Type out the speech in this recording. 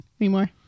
anymore